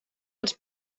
els